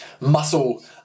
muscle